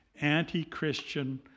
anti-Christian